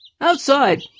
Outside